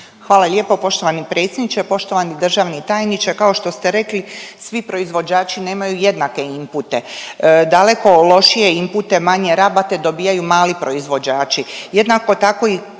Hvala lijepo poštovani predsjedniče. Poštovani državni tajniče, kao što ste rekli, svi proizvođači nemaju jednake inpute, daleko lošije inpute i manje rabate dobijaju mali proizvođači.